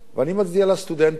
ואני מצדיע לסטודנטים.